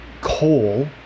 coal